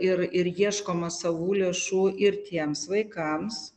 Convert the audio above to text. ir ir ieškoma savų lėšų ir tiems vaikams